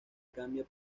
cambia